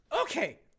Okay